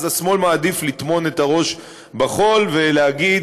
אז השמאל מעדיף לטמון את הראש בחול ולהגיד: